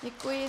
Děkuji.